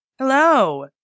Hello